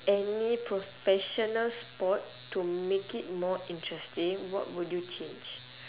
any professional sport to make it more interesting what would you change